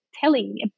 telling